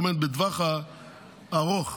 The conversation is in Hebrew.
בטווח הארוך